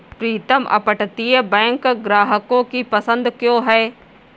प्रीतम अपतटीय बैंक ग्राहकों की पसंद क्यों है?